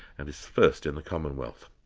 and is first in the commonwealth.